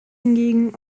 hingegen